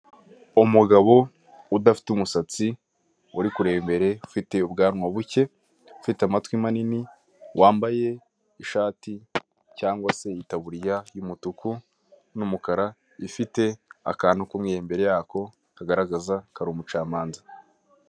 Umugabo udafite umusatsi uri kureba imbere ufite ubwanwa buke, ufite amatwi manini wambaye ishati cyangwa se itaburiya y'umutuku n'umukara ifite akantu k'umweru imbere yako kagaragaza ko ari umucamanza.